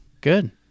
Good